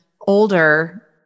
older